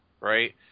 Right